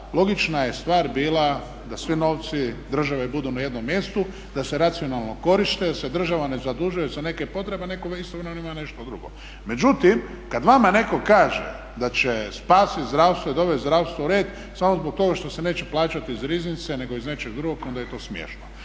logična je stvar bila da svi novci države budu na jednom mjestu, da se racionalno koriste jer se država ne zadužuje za neke potrebe a nekome istovremeno ima nešto drugo. Međutim, kada vama netko kaže da će spasiti zdravstvo i dovesti zdravstvo u red samo zbog toga što se neće plaćati iz riznice nego iz nečeg drugog onda je to smiješno.